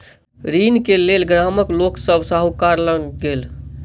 ऋण के लेल गामक लोक सभ साहूकार लग गेल